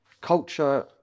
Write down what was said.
culture